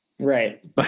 right